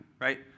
right